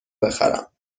بخرم